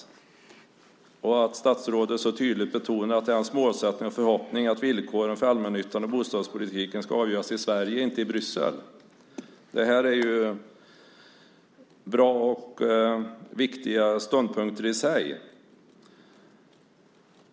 Statsrådet betonar också så tydligt att det är hans målsättning och förhoppning att villkoren för allmännyttan och bostadspolitiken avgörs i Sverige, inte i Bryssel. Det är bra och viktiga ståndpunkter i sig.